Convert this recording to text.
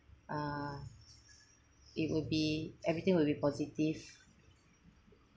uh it'll be everything will be positive